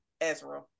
Ezra